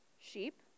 sheep